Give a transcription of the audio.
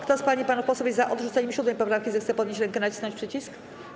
Kto z pań i panów posłów jest odrzuceniem 7. poprawki, zechce podnieść rękę i nacisnąć przycisk.